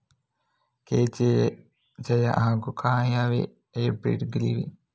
ಕಜೆ ಜಯ ಹಾಗೂ ಕಾಯಮೆ ಹೈಬ್ರಿಡ್ ಗಳಿವೆಯೇ?